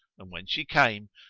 and when she came,